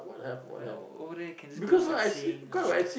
i mean over there can ghost sight seeing